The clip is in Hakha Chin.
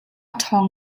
ṭhawng